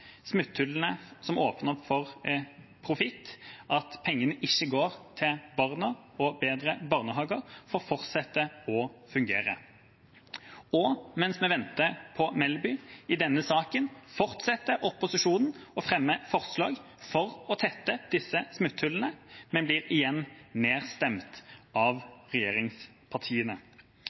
Smutthullene som åpner for profitt, at pengene ikke går til barna og bedre barnehager, får fortsette å fungere. Og mens vi venter på Melby: I denne saken fortsetter opposisjonen å fremme forslag for å tette disse smutthullene, men blir igjen nedstemt av regjeringspartiene.